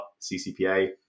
CCPA